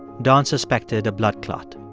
dan suspected a blood clot.